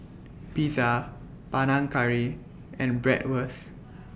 Pizza Panang Curry and Bratwurst